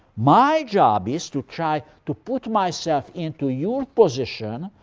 my job is to try to put myself into your position,